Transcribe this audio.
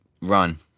run